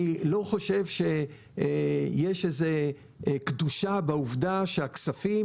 אני לא חושב שיש איזה קדושה בעובדה שהכספים